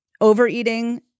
Overeating